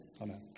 Amen